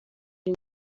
uyu